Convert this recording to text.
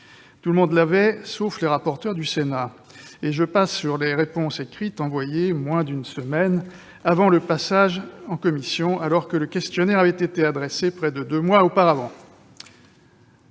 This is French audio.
Tout le monde en disposait, sauf les rapporteurs du Sénat ! Et je passe sur les réponses écrites envoyées moins d'une semaine avant le passage en commission, alors que le questionnaire avait été adressé près de deux mois auparavant